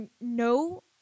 no